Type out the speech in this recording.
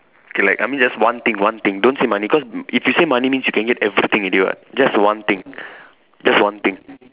okay like I mean just one thing one thing don't say money cause if you say money means you can get everything already what just one thing just one thing